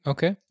Okay